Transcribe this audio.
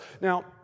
Now